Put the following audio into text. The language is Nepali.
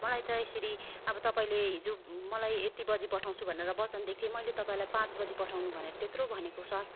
मलाई त यसरी अब तपाईँले हिजो मलाई यति बजी पठाउँछु भनेर वचन दिएको थियो मैले तपाईँलाई पाँच बजी पठाउनु भनेर त्यत्रो भनेको सर